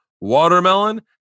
watermelon